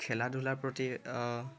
খেলা ধূলাৰ প্ৰতি